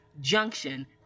Junction